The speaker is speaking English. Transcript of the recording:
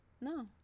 No